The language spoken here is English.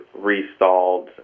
restalled